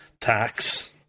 tax